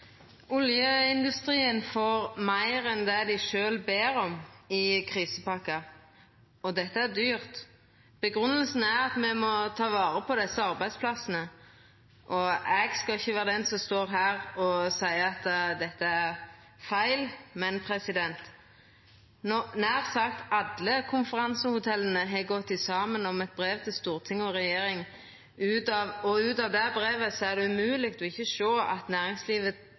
Oljeindustrien får meir enn det dei sjølv ber om i krisepakka, og dette er dyrt. Grunngjevinga er at me må ta vare på desse arbeidsplassane, og eg skal ikkje vera den som står her og seier at dette er feil. Men når nær sagt alle konferansehotella har gått saman om eit brev til storting og regjering, er det umogleg ikkje å sjå av det brevet at det næringslivet no treng, er at det